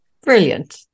Brilliant